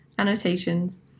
Annotations